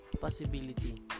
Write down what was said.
possibility